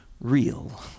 real